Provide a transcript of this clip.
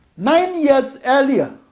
nine years earlier,